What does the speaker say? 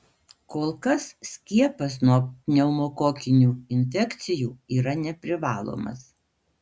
kol kas skiepas nuo pneumokokinių infekcijų yra neprivalomas